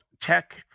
Tech